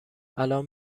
الان